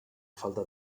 falda